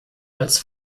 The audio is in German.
als